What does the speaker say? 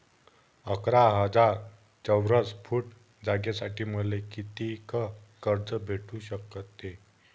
अकरा हजार चौरस फुट जागेसाठी मले कितीक कर्ज भेटू शकते?